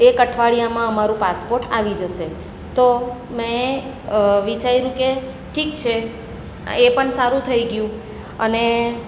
એક અઠવાડિયામાં અમારું પાસપોર્ટ આવી જશે તો મેં વિચાર્યું કે ઠીક છે એ પણ સારું થઈ ગયું અને